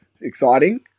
exciting